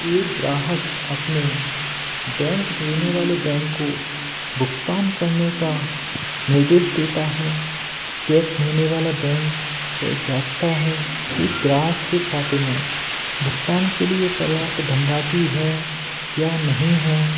एक ग्राहक अपने बैंक भेजने वाले बैंक को भुगतान करने का निर्देश देता है चेक देने वाला बैंक अ जाँचता है कि ग्राहक के खाते में भुगतान के लिए पर्याप्त धनराशि है या नहीं है